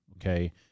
okay